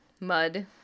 mud